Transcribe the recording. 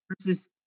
versus